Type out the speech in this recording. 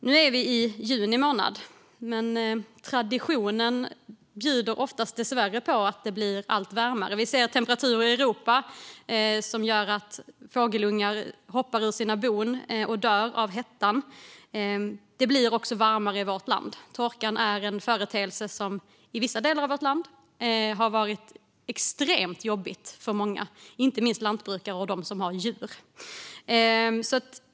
Nu är vi i juni månad, men traditionen bjuder ofta dessvärre på att det blir allt varmare. Vi ser temperaturer i Europa som gör att fågelungar hoppar ur sina bon och dör av hettan. Det blir också varmare i vårt land. Torkan är en företeelse som i vissa delar av vårt land har varit extremt jobbig för många, inte minst lantbrukare och de som har djur.